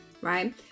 right